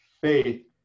Faith